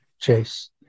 chase